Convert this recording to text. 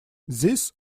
these